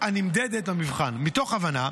הנמדדת במבחן מתוך הבנה